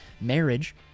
marriage